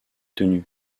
tenue